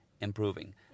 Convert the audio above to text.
improving